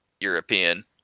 European